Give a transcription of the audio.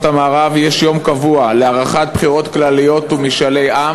המערב יש יום קבוע לעריכת בחירות כלליות ומשאלי עם.